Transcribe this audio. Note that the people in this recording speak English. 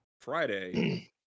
Friday